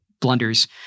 blunders